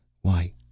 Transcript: Why